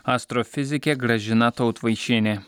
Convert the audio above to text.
astrofizikė gražina tautvaišienė